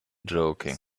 joking